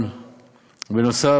אז לא,